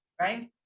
right